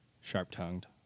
Sharp-tongued